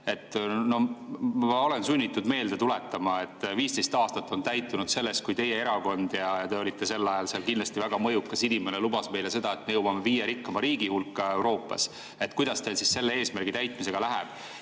Ma olen sunnitud meelde tuletama, et 15 aastat on täitunud sellest, kui teie erakond – ja teie olite sel ajal seal kindlasti väga mõjukas inimene – lubas seda, et me jõuame viie rikkaima riigi hulka Euroopas. Kuidas teil siis selle eesmärgi täitmisega läheb?